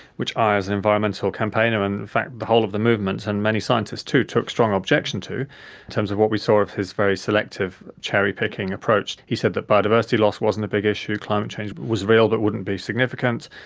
which i as an environmental campaigner and in fact the whole of the movement and many scientists too took strong objection to, in terms of what we saw of his very selective cherry-picking approach. he said that biodiversity loss wasn't a big issue, climate change was real but wouldn't be significant,